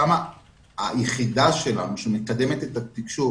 כמה היחידה שלנו שמקדמת את התקשוב